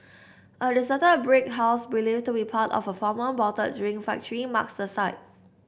a deserted brick house believed to be part of a former bottled drink factory marks the site